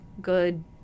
good